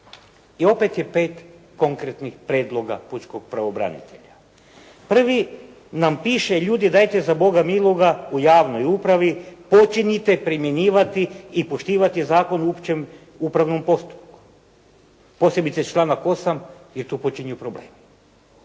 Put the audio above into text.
I opet je 5 konkretnih prijedloga pučkog pravobranitelja. Prvi nam piše: «Ljudi dajte za Boga miloga u javnoj upravi počinjite primjenjivati i poštivati Zakon o općem upravnom postupku.» Posebice članak 8. jer tu počinju problemi.